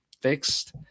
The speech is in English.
fixed